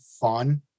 fun